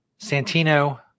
Santino